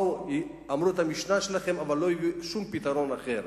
אמרו את המשנה שלכם אבל לא הביאו שום פתרון אחר.